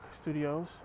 studios